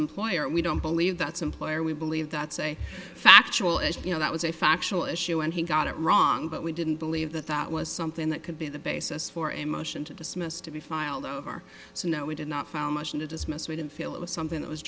employer we don't believe that's employer we believe that's a factual issue you know that was a factual issue and he got it wrong but we didn't believe that that was something that could be the basis for a motion to dismiss to be filed over so no we did not found motion to dismiss we didn't feel it was something that was